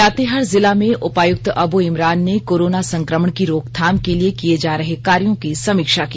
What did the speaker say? लातेहार जिला में उपायुक्त अब् इमरान ने कोरोना संक्रमण की रोकथाम के लिए किए जा रहे कार्यो की समीक्षा की